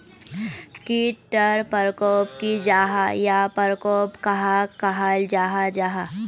कीट टर परकोप की जाहा या परकोप कहाक कहाल जाहा जाहा?